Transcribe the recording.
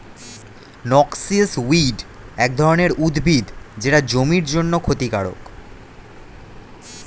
noxious weed এক ধরনের উদ্ভিদ যেটা জমির জন্যে ক্ষতিকারক